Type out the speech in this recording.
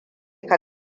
ka